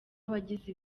abagize